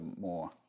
more